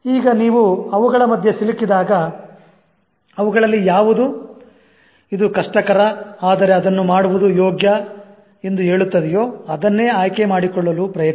ಈಗ ನೀವು ಅವುಗಳ ಮಧ್ಯೆ ಸಿಲುಕಿದಾಗ ಅವುಗಳಲ್ಲಿ ಯಾವುದು "ಇದು ಕಷ್ಟಕರ ಆದರೆ ಅದನ್ನು ಮಾಡುವುದು ಯೋಗ್ಯ" ಎಂದು ಹೇಳುತ್ತದೆಯೋ ಅದನ್ನೇ ಆಯ್ಕೆ ಮಾಡಿಕೊಳ್ಳಲು ಪ್ರಯತ್ನಿಸಿ